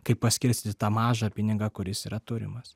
kaip paskirstyt tą mažą pinigą kuris yra turimas